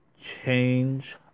change